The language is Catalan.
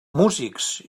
músics